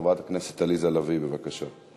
חברת הכנסת עליזה לביא, בבקשה.